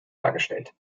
dargestellt